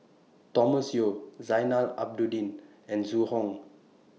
Thomas Yeo Zainal Abidin and Zhu Hong